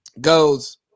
goes